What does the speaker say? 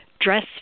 dress